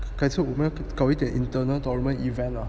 改次我们要搞一点 internal tournament event lah